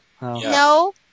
No